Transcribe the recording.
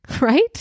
right